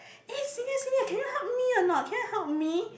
eh senior senior can you help me or not can you help me